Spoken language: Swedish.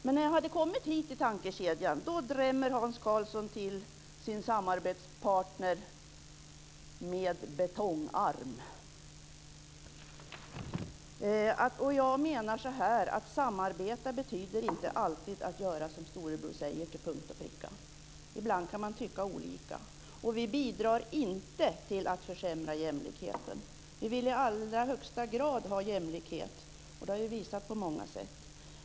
Men när jag hade kommit hit i tankekedjan drämde Hans Jag menar att samarbete inte alltid betyder att man till punkt och pricka ska göra som storebror säger. Ibland kan man tycka olika, och vi bidrar inte till att försämra jämlikheten. Vi vill i allra högsta grad ha jämlikhet, och det har vi visat på många sätt.